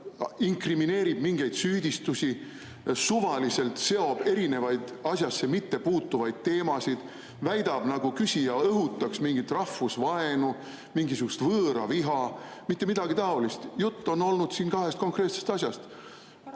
inkrimineerib mingeid süüdistusi, suvaliselt seob erinevaid asjasse mittepuutuvaid teemasid, väidab, et küsija õhutas rahvusvaenu, mingisugust võõraviha. Mitte midagi taolist. Jutt on olnud siin kahest konkreetsest asjast: